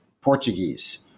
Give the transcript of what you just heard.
portuguese